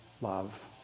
love